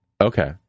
Okay